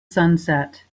sunset